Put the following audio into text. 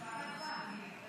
חברות וחברים,